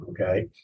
okay